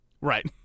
Right